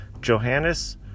Johannes